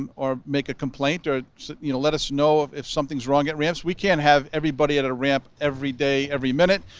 um or make a complaint, or you know let us know if something's wrong at ramps. we can't have everybody at a ramp every day, every minute,